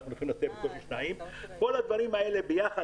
כל הדברים האלה ביחד,